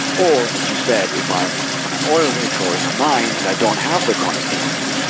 or as you said, if i am on an oil rig or in a mine and i don't have the connectivity,